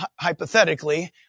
hypothetically